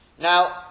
Now